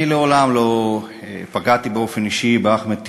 אני מעולם לא פגעתי באופן אישי באחמד טיבי,